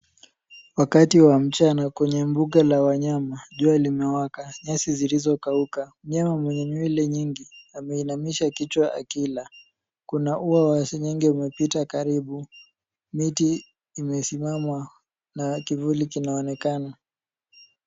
Wakati wa mchana kwenye mbuga la wanyama. Jua limewaka. Nyasi zilizokauka. Mnyama mwenye nywele mingi ameinamisha kichwa akila. Kuna ua wa seng'eng'e umepita karibu. Miti imesimama na kivuli kinaonekana.